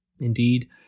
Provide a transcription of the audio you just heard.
Indeed